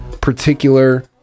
particular